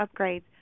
upgrades